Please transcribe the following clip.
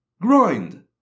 grind